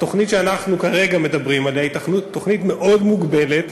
התוכנית שאנחנו כרגע מדברים עליה היא תוכנית מאוד מוגבלת,